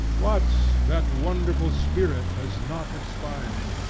what! that wonderful spirit has not expired!